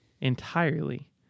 entirely